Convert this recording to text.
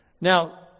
Now